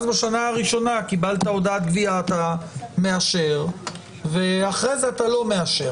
אז בשנה הראשונה קיבלת הודעת גבייה ואתה מאשר ואחרי זה אתה לא מאשר.